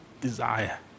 desire